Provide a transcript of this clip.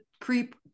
creep